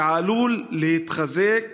שעלול להתחזק